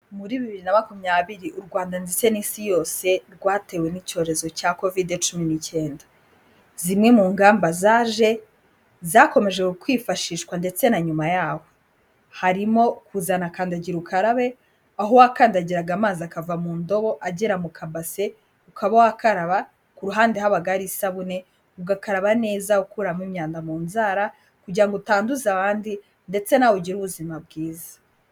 Muri bibiri na makumyabiri u Rwanda ndetse n'isi yose rwatewe n'icyorezo cya Kovide cumi n'icyenda, zimwe mu ngamba zaje zakomeje kwifashishwa ndetse na nyuma yaho harimo kuzana kandagira ukarabe aho wakandagiraga amazi akava mu ndobo agera mu kabase ukaba wakaraba, ku ruhande habaga hari isabune ugakaraba neza ukuramo imyanda mu nzara kugira ngo utanduza abandi ndetse nawe ugire ubuzima bwiza.